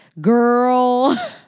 girl